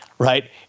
Right